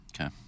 Okay